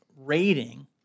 rating